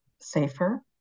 safer